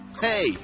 Hey